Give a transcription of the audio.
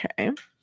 Okay